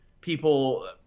people –